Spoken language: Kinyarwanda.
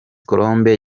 colombe